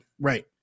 Right